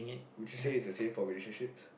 would you say it's the same for relationships